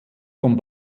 vom